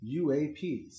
UAPs